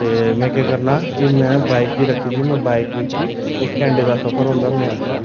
ते में केह् करना कि में बाइक गै रक्खी दी में बाइक बिच बी इक घैंटे दा सफर होंदा में अपना